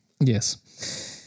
Yes